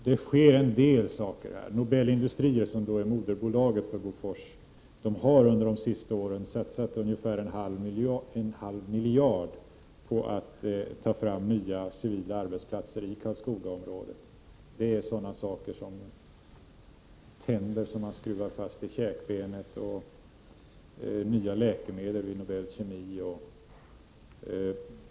Det sker emellertid en del — Nobel Industrier, som är moderbolag till AB Bofors, har under de senaste åren satsat ungefär en halv miljard kronor på att ta fram nya civila arbetsplatser i Karlskogaområdet. Det gäller tillverkning vid Nobel Kemi av sådana saker som tänder som man skruvar fast i käkbenet och nya läkemedel.